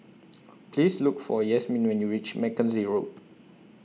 Please Look For Yasmine when YOU REACH Mackenzie Road